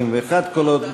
61 קולות.